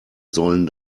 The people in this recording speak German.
sollen